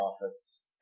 profits